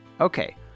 okay